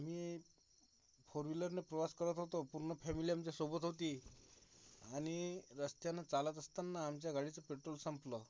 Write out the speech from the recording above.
आम्ही फोरव्हीलरने प्रवास करत होतो पूर्ण फॅमिली आमच्यासोबत होती आणि रस्त्यानं चालत असताना आमच्या गाडीचं पेट्रोल संपलं